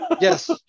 Yes